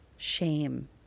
Shame